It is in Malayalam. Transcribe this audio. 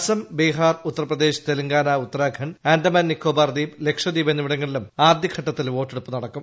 അസം ബീഹാർ ഉത്തർപ്രദേശ് തെലങ്കാന ഉത്തൃർഉഖണ്ഡ് ആൻഡമാൻ നിക്കോബാർ ദ്വീപ് ലക്ഷദീപ് എന്നിപ്പിട്ങ്ങളിലും ആദ്യഘട്ടത്തിൽ വോട്ടെടുപ്പ് നടക്കും